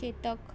Chetak